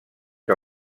que